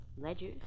ledgers